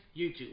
YouTube